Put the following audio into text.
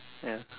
ya